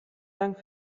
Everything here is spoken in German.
dank